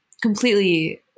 completely